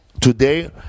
today